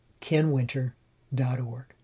kenwinter.org